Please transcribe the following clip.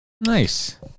Nice